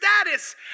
status